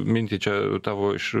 mintį čia tavo iš